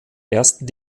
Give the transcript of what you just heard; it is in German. ersten